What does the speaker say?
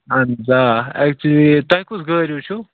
اہن حظ آ ایٚکچولی تۄہہِ کۄس گٲڑۍ وُچھُو